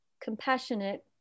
compassionate